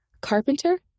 Carpenter